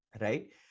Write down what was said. right